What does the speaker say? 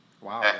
wow